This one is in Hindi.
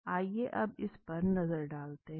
आइए अब इस पर नजर डालते हैं